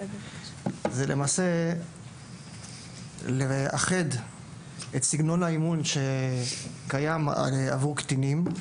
זה למעשה לאחד את סגנון האימון שקיים עבור קטינים,